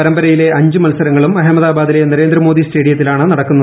പരമ്പരയിലെ അഞ്ച് മത്സരങ്ങളും അഹമ്മദാബാദിലെ നരേന്ദ്രമോദി സ്റ്റേഡിയത്തിലാണ് നടക്കുന്നത്